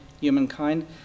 humankind